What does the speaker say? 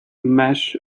mesh